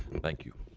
thank you.